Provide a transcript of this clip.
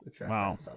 Wow